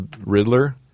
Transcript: Riddler